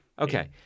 Okay